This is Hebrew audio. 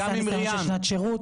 נעשה ניסיון של שנת שירות,